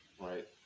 Right